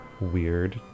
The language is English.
weird